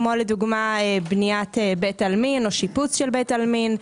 כמו בניית בית עלמין או שיפוץ של בית עלמין.